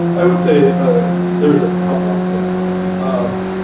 i would say there's a couple things. um